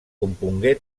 compongué